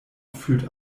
fühlt